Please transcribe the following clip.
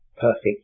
perfect